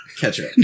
ketchup